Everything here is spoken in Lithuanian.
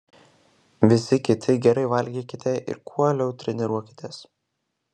visi kiti gerai valgykite ir kuo uoliau treniruokitės